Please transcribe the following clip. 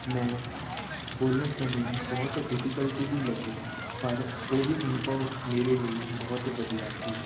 ਮੈਂ ਬੋਲਣ ਸਮੇਂ ਬਹੁਤ ਡਿਫੀਕਲਟੀ ਵੀ ਲੱਗੀ ਪਰ ਉਹ ਵੀ ਅਨੁਭਵ ਮੇਰੇ ਲਈ ਬਹੁਤ ਵਧੀਆ ਸੀ